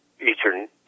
Eastern